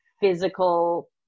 physical